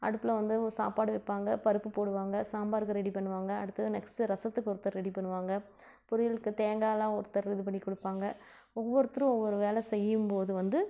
அடுப்பில் வந்து சாப்பாடு வைப்பாங்க பருப்பு போடுவாங்க சாம்பாருக்கு ரெடி பண்ணுவாங்க அடுத்தது நெக்ஸ்ட்டு ரசத்துக்கு ஒருத்தர் ரெடி பண்ணுவாங்க பொரியலுக்கு தேங்காயெலாம் ஒருத்தர் இது பண்ணி கொடுப்பாங்க ஒவ்வொருத்தரும் ஒவ்வொரு வேலை செய்யும்போது வந்து